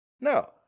No